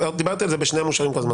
דיברתי על זה בשני מישורים כל הזמן,